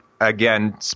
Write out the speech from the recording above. again